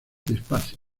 despacio